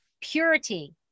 purity